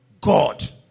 God